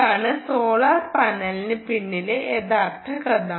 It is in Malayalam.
അതാണ് സോളാർ പാനലിന് പിന്നിലെ യഥാർത്ഥ കഥ